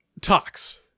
Tox